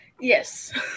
Yes